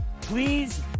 Please